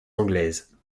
anglaises